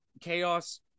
chaos